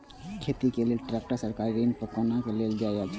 खेती के लेल ट्रेक्टर सरकारी ऋण पर कोना लेल जायत छल?